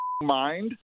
mind